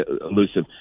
elusive